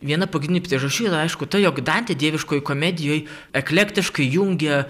viena pagrindinių priežasčių yra aišku tai jog dantė dieviškoj komedijoj eklektiškai jungia